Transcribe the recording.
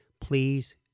please